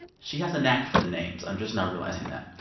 she has a knack for the names. i'm just now realizing that.